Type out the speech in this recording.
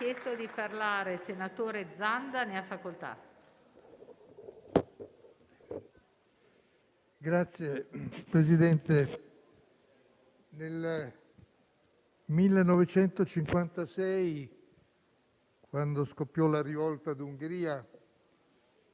Signor Presidente, nel 1956, quando scoppiò la rivolta d'Ungheria,